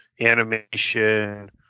animation